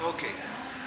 אוקיי.